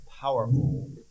powerful